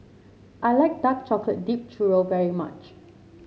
I like Dark Chocolate Dipped Churro very much